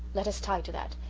let us tie to that.